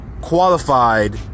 qualified